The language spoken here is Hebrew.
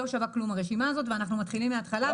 הזו לא שווה כלום ואנחנו מתחילים מהתחלה.